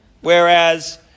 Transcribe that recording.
Whereas